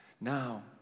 now